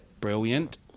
Brilliant